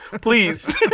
please